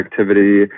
activity